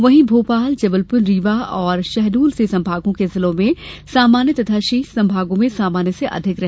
वहीं भोपालजबलपुर रीवा और शहडोल से संभागों के जिलों में सामान्य तथा शेष संभागों में सामान्य से अधिक रहे